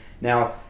Now